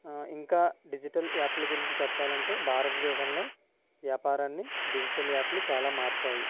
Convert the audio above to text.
ఆ ఇంకా డిజిటల్ యాప్లు గురించి చెప్పాలంటే భారతదేశంలో వ్యాపారాన్ని డిజిటల్ యాప్లు చాలా మార్చాయి